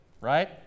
right